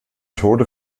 tode